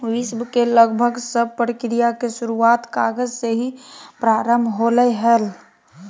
विश्व के लगभग सब प्रक्रिया के शुरूआत कागज से ही प्रारम्भ होलय हल